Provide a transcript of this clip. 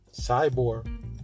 Cyborg